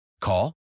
Call